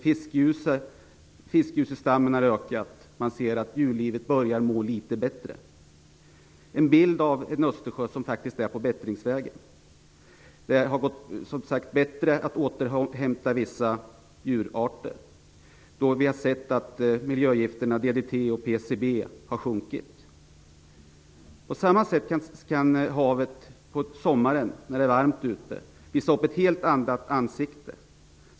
Fiskgjusestammen har ökat. Man ser att djurlivet börjar må litet bättre, en bild av en Östersjö som faktiskt är på bättringsvägen. Det har som sagt gått bättre för vissa djurarter att återhämta sig, då miljögifterna DDT och PCB har minskat. På sommaren, när det är varmt ute, kan havet visa upp ett helt annat ansikte.